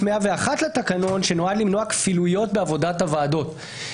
101 לתקנון שנועד למנוע כפילויות בעבודת הוועדות.